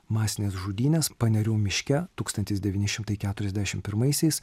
masinės žudynės panerių miške tūkstantis devyni šimtai keuriasdešim pirmaisiais